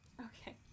Okay